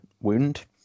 wound